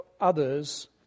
others